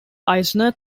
eisner